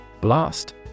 Blast